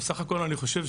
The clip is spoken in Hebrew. סך הכל אני חושב,